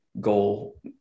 goal